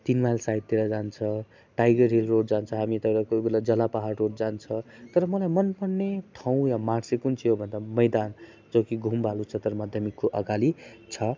तिन माइल साइडतिर जान्छ टाइगर हिल रोड जान्छ हामी तर कोही बेला जलपहाड रोड जान्छ तर मलाई मनपर्ने ठाउँ वा मार्ग चाहिँ कुन चाहिँ हो भन्दा मैदान जो कि घुम बाल उच्चत्तर माध्यमिकको अगाडि छ